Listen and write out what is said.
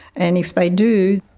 and if they do,